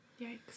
Yikes